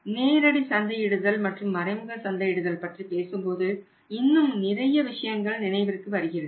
நேரடி சந்தையிடுதல் மற்றும் மறைமுக சந்தையிடுதல் பற்றி பேசும்போது இன்னும் நிறைய விஷயங்கள் நினைவிற்கு வருகிறது